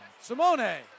Simone